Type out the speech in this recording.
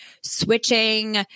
switching